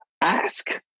Ask